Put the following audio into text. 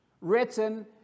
written